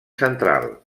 central